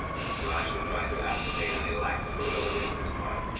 so i shall try to ascertain any lack of virility on his part.